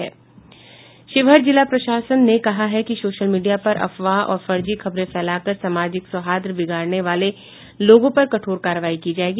शिवहर में जिला प्रशासन ने कहा है कि सोशल मीडिया पर अफवाह और फर्जी खबरें फैलाकर सामाजिक सौहार्द बिगाड़ने वाले लोगों पर कठोर कार्रवाई की जायेगी